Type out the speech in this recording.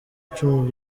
icumi